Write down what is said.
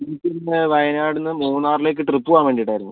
എനിക്കൊന്ന് വയനാടിൽ നിന്ന് മൂന്നാറിലേക്ക് ട്രിപ്പ് പോവാൻ വേണ്ടിയിട്ടായിരുന്നു